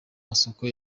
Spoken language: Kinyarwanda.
masoko